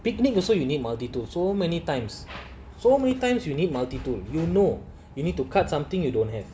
picnic also so you need multi tool so many times so many times you need multi tool you know you need to cut something you don't have